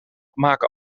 maken